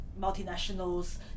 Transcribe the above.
multinationals